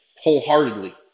wholeheartedly